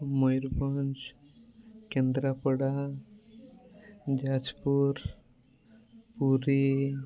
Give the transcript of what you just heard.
Mayurbhanj Kendrapara Jajpur Puri